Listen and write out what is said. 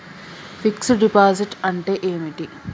Fix డ్ deposit అంటే ఏమిటి?